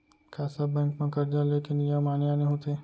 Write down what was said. का सब बैंक म करजा ले के नियम आने आने होथे?